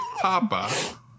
Papa